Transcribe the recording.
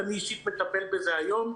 אני אישית מטפל בזה היום.